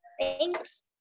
Thanks